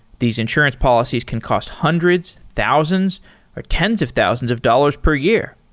these insurance policies can cost hundreds, thousands or tens of thousands of dollars per year.